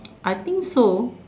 I think so